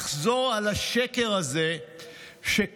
לחזור על השקר הזה שכסף